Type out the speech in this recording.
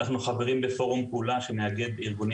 אנו חברים בפורום פעולה שמאגדת ארגונים